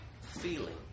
feeling